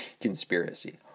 conspiracy